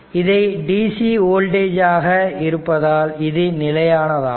இதை dc voltage ஆக இருப்பதால் இது நிலை ஆனதாகும்